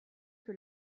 que